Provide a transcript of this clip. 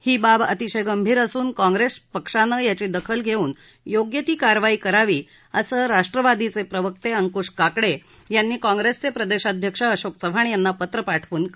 ही बाब अतिशय गंभीर असून काँग्रेसपक्षानं याची दखल घेऊन योग्य ती कारवाई करावी असं राष्ट्रवादीचे प्रवक्ते अंक्श काकडे यांनी काँग्रेसचे प्रदेशाध्यक्ष अशोक चव्हाण यांना पत्र पाठव्न कळवलं आहे